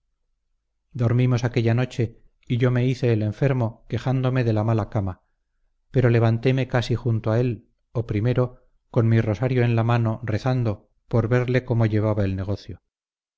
dormimos aquella noche y yo me hice el enfermo quejándome de la mala cama pero levantéme casi junto a él o primero con mi rosario en la mano rezando por verle cómo llevaba el negocio